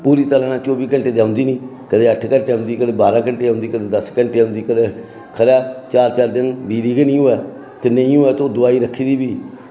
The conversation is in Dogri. पूरी चौह्बी घैंटे ते औंदी निं ते कदें बारां घैंटे औंदी ते कदें दस्स घैंटे औंदी कदें ते कदें चार चार दिन बिजली गै निं होवै ते नेईं होवै ते दोआई रक्खी दी बी